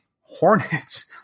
hornets